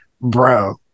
bro